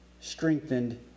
strengthened